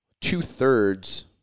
two-thirds